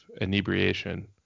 inebriation